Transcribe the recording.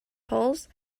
polls